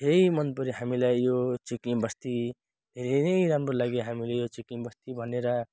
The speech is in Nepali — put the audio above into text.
धेरै मन पर्यो हामीलाई यो चुइकिम बस्ती धेरै नै राम्रो लाग्यो हामीलाई यो चुइकिम बस्ती भनेर